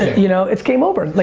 you know it's game over. like